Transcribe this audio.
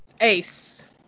Ace